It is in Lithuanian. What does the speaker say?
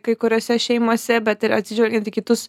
kai kuriose šeimose bet ir atsižvelgiant į kitus